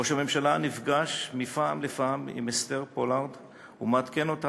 ראש הממשלה נפגש מפעם לפעם עם אסתר פולארד ומעדכן אותה